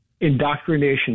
indoctrination